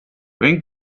wenn